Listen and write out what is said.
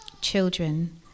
children